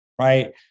right